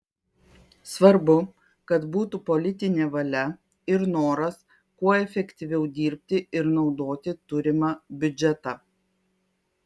svarbu kad būtų politinė valia ir noras kuo efektyviau dirbti ir naudoti turimą biudžetą